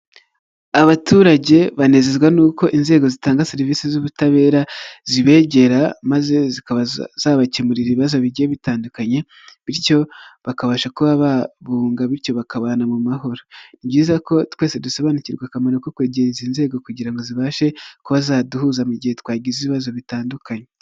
Abaturage banezezwa n'uko inzego zitanga serivisi z'ubutabera zibegera, maze zikaba zabakemurira ibibazo bigiye bitandukanye bityo bakabasha kuba babunga bityo bakabana mu mahoro; ni byiza ko twese dusobanukirwa akamaro ko kwegera izi nzego kugira ngo zibashe kubazaduhuza mu gihe twagize ibibazo bitandukanye.